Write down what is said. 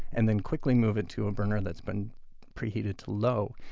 and then quickly move it to a burner that's been pre-heated to low,